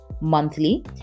monthly